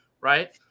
Right